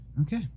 Okay